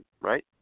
right